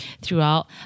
throughout